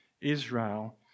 Israel